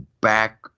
back